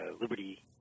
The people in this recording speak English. liberty